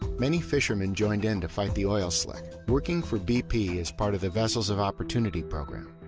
many fishermen joined in to fight the oil slick, working for bp as part of the vessels of opportunity program.